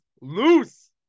loose